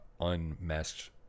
unmasked